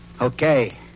Okay